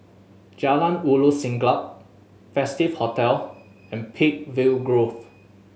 Jalan Ulu Siglap Festive Hotel and Peakville Grove